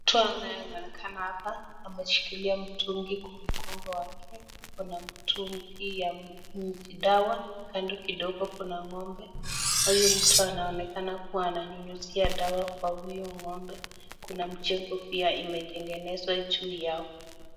Mtu anaonekana hapa ameshikilia mtungi kwa mgongo wake. Kuna mtungi ya dawa kando kidogo kuna ng'ombe. Huyu mtu anaonekana kuwa ananyunyizia dawa kwa huyo ng'ombe. Kuna mjengo pia imetengenezwa juu ya.